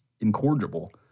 incorrigible